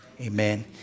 amen